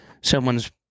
someone's